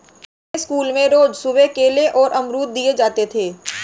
हमें स्कूल में रोज सुबह केले और अमरुद दिए जाते थे